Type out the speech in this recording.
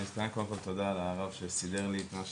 אז קודם כל תודה רבה לרב שסידר לי את הבעיה